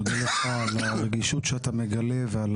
אני מודה לך על הרגישות שאתה מגלה ועל